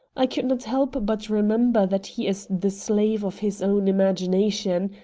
i could not help but remember that he is the slave of his own imagination.